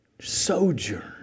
sojourn